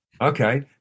okay